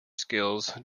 skills